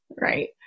right